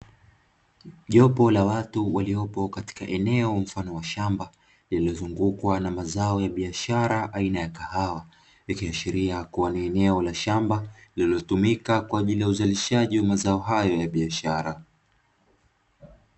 Jopo la watu waliopo katika eneo mfano wa shamba, lililozungukwa na mazao ya biashara aina ya kahawa. Likiashiria kuwa ni eneo la shamba linalotumika kwa ajili uzalishaji wa mazao hayo ya biashara.